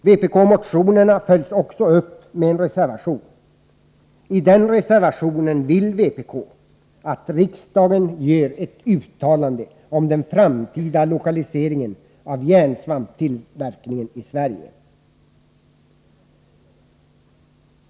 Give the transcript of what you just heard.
Vpkmotionerna följs också upp med en reservation. I den reservationen vill vpk att riksdagen gör ett uttalande om den framtida lokaliseringen av järnsvampstillverkningen i Sverige.